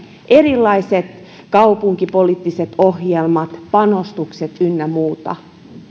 erilaiset kaupunkipoliittiset ohjelmat panostukset ynnä muuta